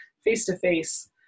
face-to-face